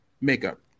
makeup